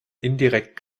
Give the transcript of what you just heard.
indirekt